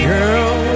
Girl